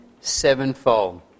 sevenfold